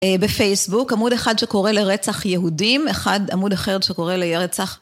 בפייסבוק עמוד אחד שקורא לרצח יהודים אחד עמוד אחר שקורא לרצח